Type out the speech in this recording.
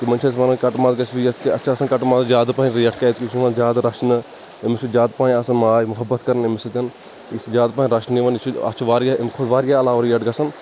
تِمَن چھِ أسۍ وَنان کَٹہٕ ماز گژھو یِتھٕ کٔنۍ اَسہِ چھِ آسان کٹہٕ مازِ زیادٕ پَہم رِیٹ کیٛازِ کہِ یہِ چھِ یِوان زیادٕ رَچھنہٕ أمِس چھِ زیادٕ پَہَم آسان ماے مُحبت کَرنہٕ امہِ سٟتۍ یہِ زیادٕ پَہَم رَچھنہٕ یِوان یہِ چھُ اتھ چھُ واریاہ امہِ کھۅتہٕ واریاہ علاوٕ رِیٹ گژھان